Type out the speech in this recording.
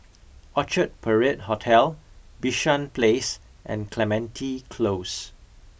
Crchard Parade Hotel Bishan Place and Clementi Close